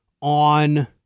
on